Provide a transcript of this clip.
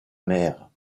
mère